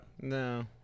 no